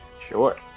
Sure